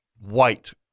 white